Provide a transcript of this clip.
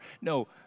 No